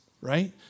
right